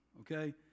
Okay